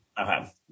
okay